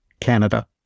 Canada